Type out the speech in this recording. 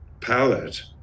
palette